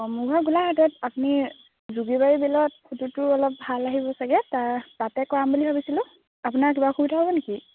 মোৰ ঘৰ গোলাঘাটত আপুনি জুগিবাৰী বিলত ফটোতো অলপ ভাল আহিব চাগৈ তা তাতে কৰাম ভাবিছিলোঁ আপোনাৰ কিবা অসুবিধা হ'ব নেকি